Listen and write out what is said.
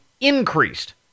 increased